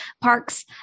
Parks